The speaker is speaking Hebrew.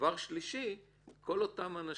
דבר שלישי, כל אותם אנשים,